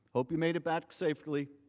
hope you made it back safely.